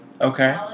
Okay